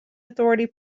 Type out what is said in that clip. authority